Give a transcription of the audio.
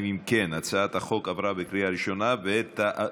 ההצעה להעביר את הצעת חוק חדלות פירעון ושיקום